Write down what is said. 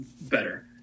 better